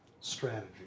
strategy